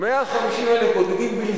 150,000 בודדים.